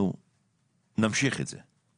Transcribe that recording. אנחנו נמשיך את זה.